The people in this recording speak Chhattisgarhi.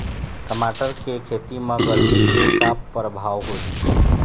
टमाटर के खेती म गरमी के का परभाव होही?